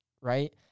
right